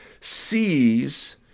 sees